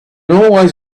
always